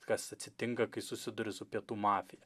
kas atsitinka kai susiduri su pietų mafija